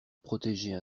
protéger